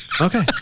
Okay